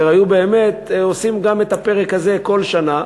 היו עושים גם את הפרק הזה כל שנה,